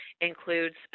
includes